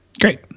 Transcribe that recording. Great